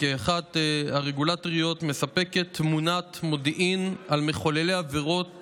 וכאחת הרגולטוריות מספקת תמונת מודיעין על מחוללי עברות